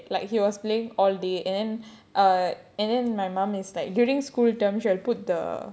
okay my brother was that bad like he was playing all day and then err and then my mum is like during school term she'll put the